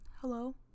Hello